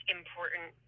important